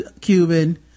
Cuban